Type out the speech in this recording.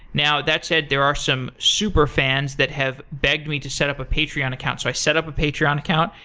now, that said, there are some super fans that have begged me to set up a patreon account. so i set up a patreon account.